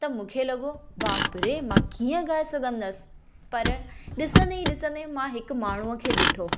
त मूंखे लॻो बाप रे मां कीअं ॻाए सघंदसि पर ॾिसंदे ई ॾिसंदे मां हिकु माण्हूंअ खे ॾिठो